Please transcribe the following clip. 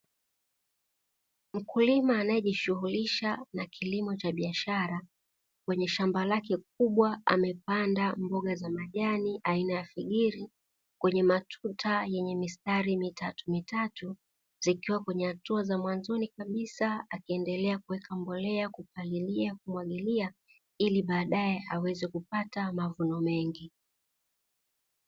Mkulima anayejishughulisha na kilimo cha biashara kwenye shamba lake kubwa amepanda mboga za majani aina ya figiri kwenye matuta yenye mistari mitatu mitatu zikiwa kwenye hatua za mwanzoni kabisa akiendelea kuweka mbolea, kupalilia, kumwagilia ili baadae aweze kupata mavuno mengi.